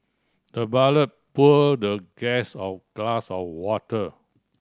the butler poured the guest of glass of water